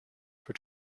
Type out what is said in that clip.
for